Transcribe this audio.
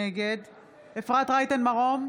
נגד אפרת רייטן מרום,